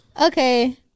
Okay